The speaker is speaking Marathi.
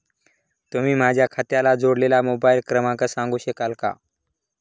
तुम्ही माझ्या खात्याला जोडलेला मोबाइल क्रमांक सांगू शकाल का?